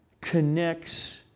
connects